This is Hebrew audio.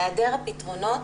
היעדר הפתרונות,